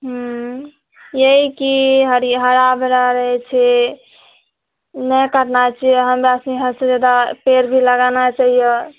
हूँ यही की हरा भरा रहै छै नहि काटना चाही हमरा सबकेँ हदसँ जादा पेड़ भी लगाना चाहिए